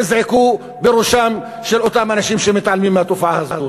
יזעקו בראשם של אותם אנשים שמתעלמים מהתופעה הזאת.